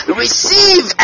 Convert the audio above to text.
receive